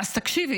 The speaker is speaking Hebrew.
אז תקשיב,